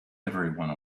everyone